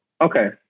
okay